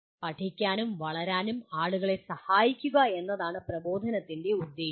പഠിക്കാനും വളരാനും ആളുകളെ സഹായിക്കുക എന്നതാണ് പ്രബോധനത്തിൻ്റെ ഉദ്ദേശ്യം